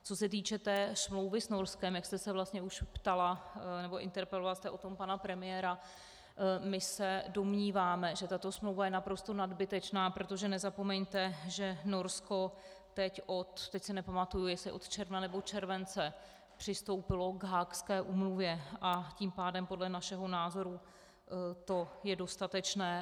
Co se týče té smlouvy s Norskem, jak jste se vlastně už ptala, nebo jste interpelovala pana premiéra, my se domníváme, že tato smlouva je naprosto nadbytečná, protože nezapomeňte, že Norsko teď se nepamatuji, jestli od června, nebo od července přistoupilo k Haagské úmluvě, a tím pádem podle našeho názoru je to dostatečné.